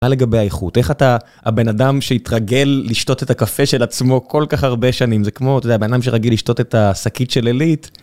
מה לגבי האיכות? איך אתה הבן אדם שהתרגל לשתות את הקפה של עצמו כל כך הרבה שנים זה כמו אתה יודע הבן אדם שרגיל לשתות את השקית של עלית.